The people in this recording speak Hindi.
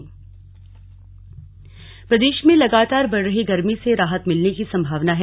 मौसम प्रदेश में लगातार बढ़ रही गर्मी से राहत मिलने की संभावना है